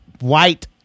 White